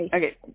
Okay